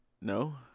No